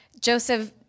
Joseph